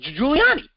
Giuliani